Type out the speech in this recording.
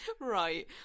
right